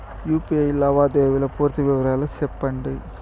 UPI లావాదేవీల పూర్తి వివరాలు సెప్పండి?